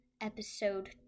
episode